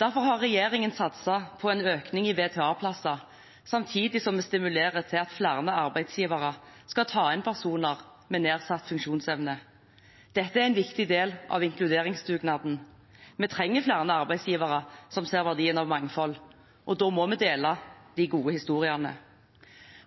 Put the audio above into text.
Derfor har regjeringen satset på en økning i VTA-plasser, samtidig som vi stimulerer til at flere arbeidsgivere skal ta inn personer med nedsatt funksjonsevne. Dette er en viktig del av inkluderingsdugnaden. Vi trenger flere arbeidsgivere som ser verdien av mangfold, og da må vi dele de gode historiene.